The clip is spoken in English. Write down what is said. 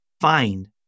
find